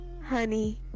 Honey